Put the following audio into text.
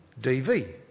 DV